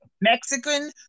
Mexican